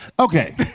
Okay